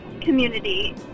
community